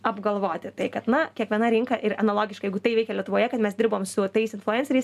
apgalvoti tai kad na kiekviena rinka ir analogiškai jeigu tai veikia lietuvoje kad mes dirbom su tais influenceriais